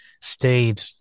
stayed